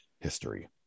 history